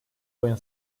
oyun